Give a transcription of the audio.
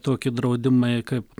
toki draudimai kaip